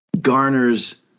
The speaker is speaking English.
garners